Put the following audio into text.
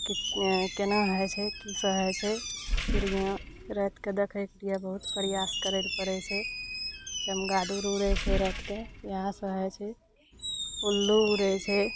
कि एँ केना होइ छै की सब होइ छै चिड़ियाँ रातिके देखै के लिए बहुत प्रयास करै लए पड़ै छै चमगादुर उड़ै छै रातिके इहए सब होइ छै उल्लू उड़ै छै